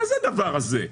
מה זה הדבר הזה?